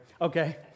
Okay